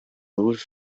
moved